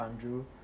Andrew